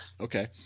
Okay